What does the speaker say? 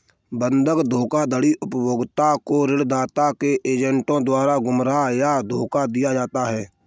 बंधक धोखाधड़ी उपभोक्ता को ऋणदाता के एजेंटों द्वारा गुमराह या धोखा दिया जाता है